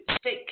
stick